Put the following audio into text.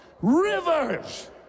rivers